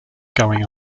going